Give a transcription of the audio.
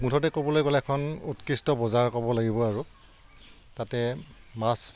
মুঠতে ক'বলৈ গ'লে এখন উৎকৃষ্ট বজাৰ ক'ব লাগিব আৰু তাতে মাছ